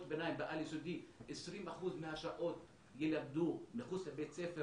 הביניים ובעל יסודי 20% מהשעות יילמדו מחוץ לבית הספר,